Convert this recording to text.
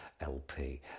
LP